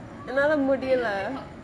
another moody lah